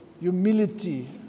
humility